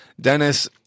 dennis